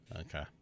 Okay